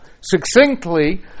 succinctly